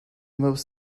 most